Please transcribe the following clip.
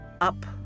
up